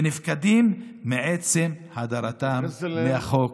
ו"נפקדים" מעצם הדרתם מהחוק.